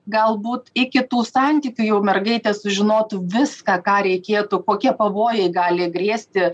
galbūt iki tų santykių jau mergaitės sužinotų viską ką reikėtų kokie pavojai gali grėsti